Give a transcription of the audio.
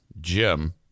Jim